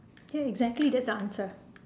ya exactly that's the answer